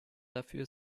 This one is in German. dafür